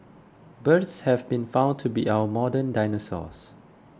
birds have been found to be our modern dinosaurs